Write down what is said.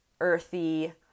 earthy